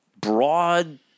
broad